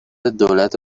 دولت